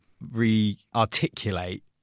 re-articulate